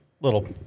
little